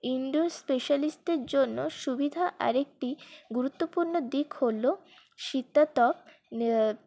indoor স্পেশালিস্টদের জন্য সুবিধা আরেকটি গুরুত্বপূর্ণ দিক হল শীতাতপ